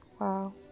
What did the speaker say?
Wow